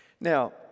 Now